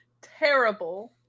terrible